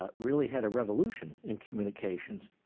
ah really had a revolution in communication,